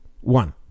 One